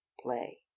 play